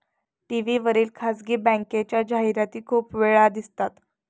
TV वर खासगी बँकेच्या जाहिराती खूप वेळा दिसतात